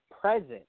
present